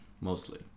Mostly